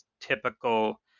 typical